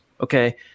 okay